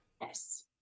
Yes